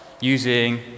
using